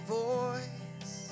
voice